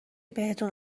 بهتون